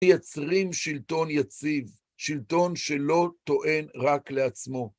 מיצרים שלטון יציב, שלטון שלא טוען רק לעצמו.